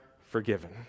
forgiven